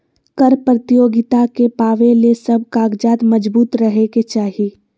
कर प्रतियोगिता के पावे ले सब कागजात मजबूत रहे के चाही